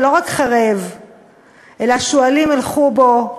ולא רק חרב אלא שועלים ילכו בו,